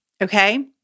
Okay